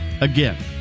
Again